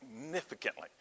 significantly